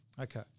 Okay